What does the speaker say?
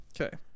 Okay